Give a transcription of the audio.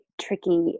tricky